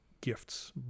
Gifts